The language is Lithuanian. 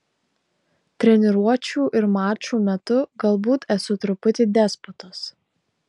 treniruočių ir mačų metu galbūt esu truputį despotas